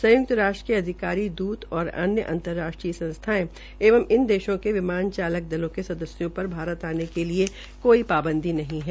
संयुक्त राष्ट्र के अधिकारी दूत और अन्य अंतर्राष्ट्रीय संस्थायें एवं इन देशों के विमान चालक दलों के सदस्यों पर भारत आने के लिए कोई पांधदी नहीं है